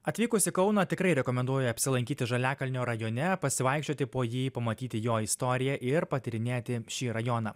atvykus į kauną tikrai rekomenduoju apsilankyti žaliakalnio rajone pasivaikščioti po jį pamatyti jo istoriją ir patyrinėti šį rajoną